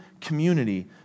community